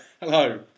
Hello